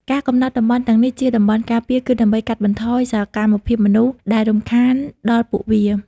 ការកំណត់តំបន់ទាំងនេះជាតំបន់ការពារ គឺដើម្បីកាត់បន្ថយសកម្មភាពមនុស្សដែលរំខានដល់ពួកវា។